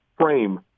frame